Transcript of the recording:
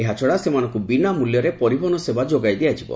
ଏହାଛଡା ସେମାନଙ୍କୁ ବିନା ମୂଲ୍ୟରେ ପରିବହନ ସେବା ଯୋଗାଇ ଦିଆଯିବ